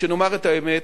שנאמר את האמת,